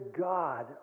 God